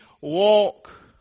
walk